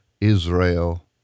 Israel